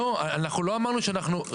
חברים, לא אמרנו שאנחנו נגד.